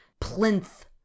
plinth